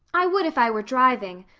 i would if i were driving.